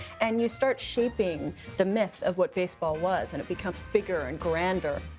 and you start shaping the myth of what baseball was. and it becomes bigger and grander.